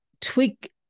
tweak